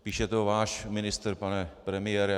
Píše to váš ministr, pane premiére.